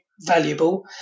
valuable